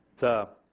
the